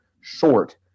short